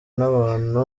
n’abantu